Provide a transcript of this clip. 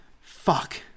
Fuck